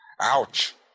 Ouch